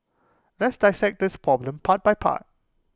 let's dissect this problem part by part